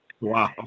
Wow